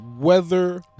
weather